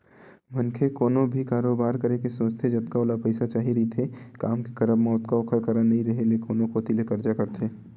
मनखे कोनो भी कारोबार करे के सोचथे जतका ओला पइसा चाही रहिथे काम के करब म ओतका ओखर करा नइ रेहे ले कोनो कोती ले करजा करथे